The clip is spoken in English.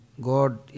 God